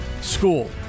school